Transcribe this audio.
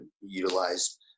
utilize